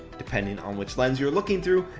depending on which lense you're looking through,